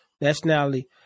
nationality